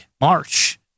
March